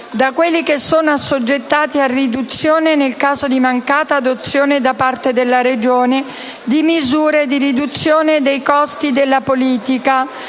da quelli che sono assoggettati a riduzione in caso di mancata adozione da parte della Regione di misure di riduzione dei costi della politica,